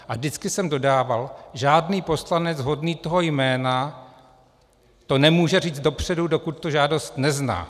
A vždycky jsem dodával: žádný poslanec hodný toho jména to nemůže říct dopředu, dokud tu žádost nezná.